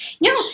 no